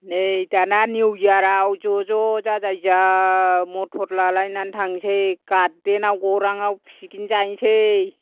नै दाना निउयाराव ज' ज' जाजाय जा मटर लालायनानै थांसै गारदेनाव गौरां आव पिकनिक जाहैनोसै